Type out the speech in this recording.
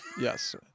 Yes